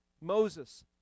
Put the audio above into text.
Moses